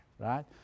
right